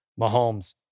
Mahomes